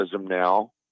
now